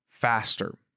faster